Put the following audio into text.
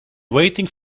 waiting